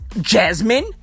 Jasmine